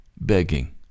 begging